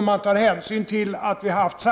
Detta är inte så märkligt om man tar hänsyn till att vi under